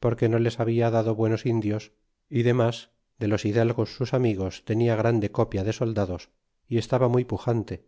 porque no les habia dado buenos indios y demas de los hidalgos sus amigos tenia grande copia de soldados y estaba muy pujante